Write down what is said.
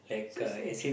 seriously